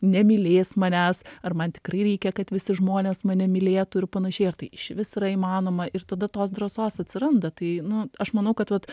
nemylės manęs ar man tikrai reikia kad visi žmonės mane mylėtų ir panašiai ar tai išvis yra įmanoma ir tada tos drąsos atsiranda tai nu aš manau kad vat